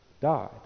died